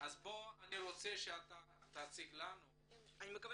אז אני רוצה שתציג לנו -- אני מקווה